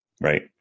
Right